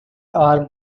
arm